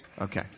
okay